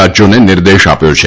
રાજ્યોને નિર્દેશ આપ્યો છે